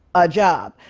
a job.